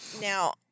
now